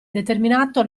determinato